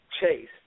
Chase